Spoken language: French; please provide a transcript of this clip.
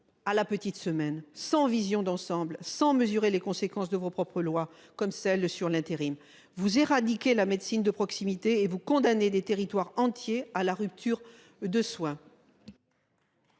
À la petite semaine, sans vision d'ensemble, sans mesurer les conséquences de vos propres lois, comme celle sur l'intérim vous éradiquer la médecine de proximité et vous condamnez des territoires entiers à la rupture de soins.